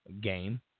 game